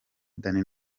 danny